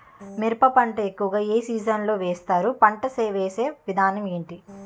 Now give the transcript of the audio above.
మిరప పంట ఎక్కువుగా ఏ సీజన్ లో వేస్తారు? పంట వేసే విధానం ఎంటి?